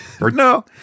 No